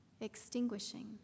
extinguishing